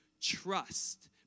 trust